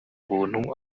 buntu